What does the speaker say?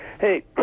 Hey